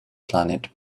planet